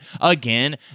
again